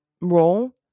role